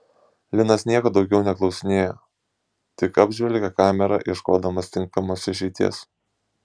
linas nieko daugiau neklausinėjo tik apžvelgė kamerą ieškodamas tinkamos išeities